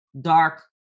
dark